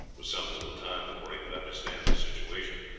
was some little time before he could understand the situation.